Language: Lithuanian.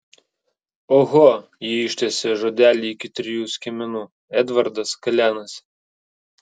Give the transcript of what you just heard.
oho ji ištęsė žodelį iki trijų skiemenų edvardas kalenasi